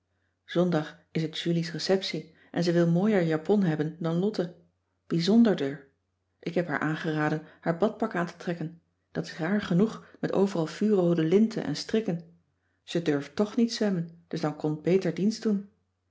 zondag is het julies receptie en ze wil mooier japon hebben dan lotte bijzonderder ik heb haar aangeraden haar badpak aan te trekken dat is raar genoeg met overal vuurroode linten en strikken ze durft toch niet zwemmen dus dan kon t beter dienst doen